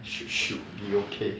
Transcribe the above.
should should be okay